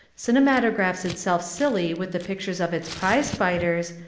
cinematographs itself silly with the pictures of its prize fighters,